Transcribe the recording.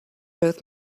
both